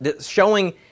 showing